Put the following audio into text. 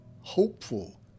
hopeful